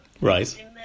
Right